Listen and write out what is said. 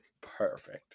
perfect